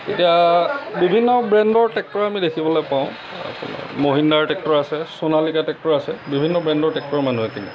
এতিয়া বিভিন্ন ব্ৰেণ্ডৰ টেক্টৰ আমি দেখিবলৈ পাওঁ মহেণ্ডাৰ টেক্টৰ আছে চুনালিকা টেক্টৰ আছে বিভিন্ন ব্ৰেণ্ডৰ টেক্টৰ মানুহে কিনে